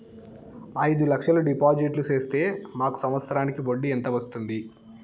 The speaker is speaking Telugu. అయిదు లక్షలు డిపాజిట్లు సేస్తే మాకు సంవత్సరానికి వడ్డీ ఎంత వస్తుంది?